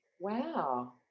Wow